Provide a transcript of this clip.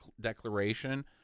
declaration